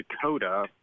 Dakota